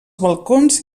balcons